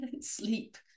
sleep